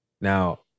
Now